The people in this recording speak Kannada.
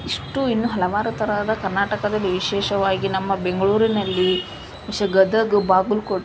ಇಷ್ಟು ಇನ್ನು ಹಲವಾರು ತರಹದ ಕರ್ನಾಟಕದಲ್ಲಿ ವಿಶೇಷವಾಗಿ ನಮ್ಮ ಬೆಂಗಳೂರಿನಲ್ಲಿ ಗದಗ ಬಾಗಲಕೋಟೆ